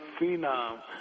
phenom